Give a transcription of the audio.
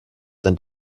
then